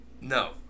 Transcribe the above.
No